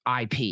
IP